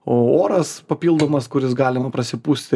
oras papildomas kuris galima prasipūsti